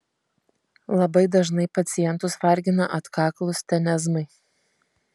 labai dažnai pacientus vargina atkaklūs tenezmai